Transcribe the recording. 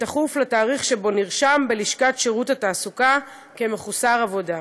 תכוף לתאריך שבו נרשם בלשכת שירות התעסוקה כמחוסר עבודה.